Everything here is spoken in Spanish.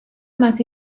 más